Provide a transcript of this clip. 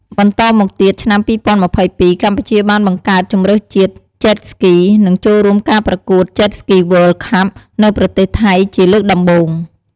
បន្តមកទៀតឆ្នាំ ២០២២ កម្ពុជាបានបង្កើតជម្រើសជាតិ Jet Ski និងចូលរួមការប្រកួត Jet Ski World Cup នៅប្រទេសថៃ ជាលើកដំបូង។